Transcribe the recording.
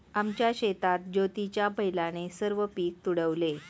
आमच्या शेतात ज्योतीच्या बैलाने सर्व पीक तुडवले